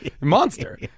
monster